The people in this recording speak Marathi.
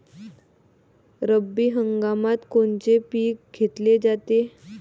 रब्बी हंगामात कोनचं पिक घेतलं जाते?